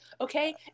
okay